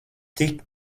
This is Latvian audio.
tik